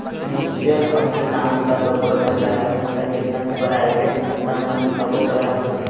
mutual fund के काम ल बरोबर सरकारी संस्था के संग पराइवेट संस्था मन तको करत हवय